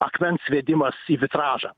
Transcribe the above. akmens sviedimas į vitražą